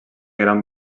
gran